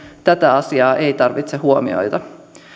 tätä asiaa ei tarvitse huomioida